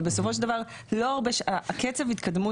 אבל בסופו של דבר יש את קצב ההתקדמות